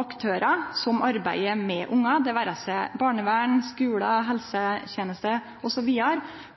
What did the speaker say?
aktørar som arbeider med barn: barnevernet, skolen, helsevesenet osv.,